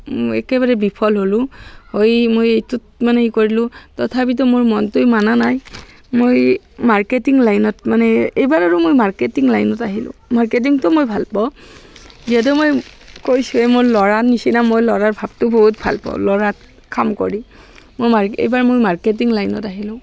একেবাৰে বিফল হ'লোঁ হৈ মই এইটোত মানে সেই কৰিলোঁ তথাপিতো মোৰ মনটোৱে মনা নাই মই মাৰ্কেটিং লাইনত মানে এইবাৰ আৰু মই মাৰ্কেটিং লাইনত আহিলোঁ মাৰ্কেটিংটো মই ভাল পাওঁ যিহেতু মই কৈছোঁৱেই মই ল'ৰাৰ নিচিনা মই ল'ৰাৰ ভাৱটো বহুত ভাল পাওঁ ল'ৰাৰ কাম কৰি মই মাৰ্কে এইবাৰ মই মাৰ্কেটিং লাইনত আহিলোঁ